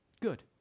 good